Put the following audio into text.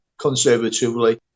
conservatively